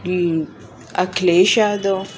Akhilesh Yadav